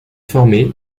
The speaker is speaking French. formée